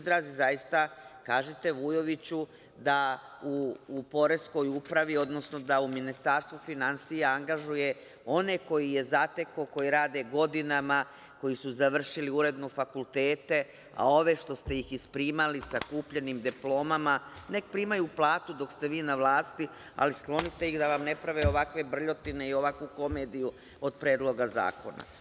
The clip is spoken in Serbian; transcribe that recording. Zaista kažite Vujoviću da u Poreskoj upravi, odnosno da u Ministarstvu finansija angažuje one koje je zatekao, koji rade godinama, koji su završili uredno fakultet, a ove što ste ih isprimali sa kupljenim diplomama neka primaju platu dok ste vi na vlasti, ali sklonite ih da ne prave ovakve brljotine i ovakvu komediju od Predloga zakona.